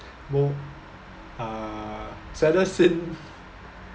mo~ ah saddest scene